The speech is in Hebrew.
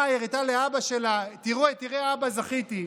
באה, הראתה לאבא שלה: תראה אבא, זכיתי.